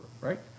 right